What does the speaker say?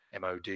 MOD